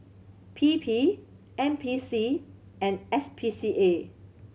P P N P C and S P C A